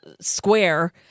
square